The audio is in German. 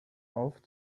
auf